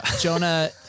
Jonah